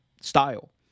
style